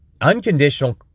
Unconditional